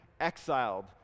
exiled